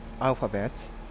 alphabets